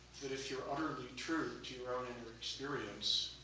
that if you're utterly true to your own inner experience,